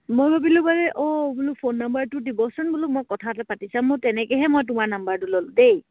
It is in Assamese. মই ভাবিলোঁ বাৰু অ' বোলো ফোন নাম্বাৰটো দিবচোন বোলো মই কথাটো পাতি চাম মই তেনেকেহে মই তোমাৰ নাম্বাৰটো ল'লো দেই